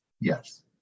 Yes